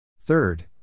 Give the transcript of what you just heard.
Third